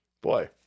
boy